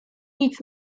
nic